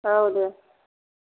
औ दे